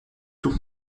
tout